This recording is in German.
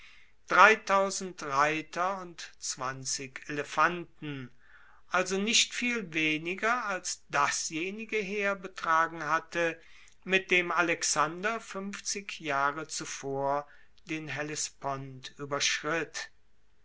reiter und elefanten also nicht viel weniger als dasjenige heer betragen hatte mit dem alexander fuenfzig jahre zuvor den hellespont ueberschritt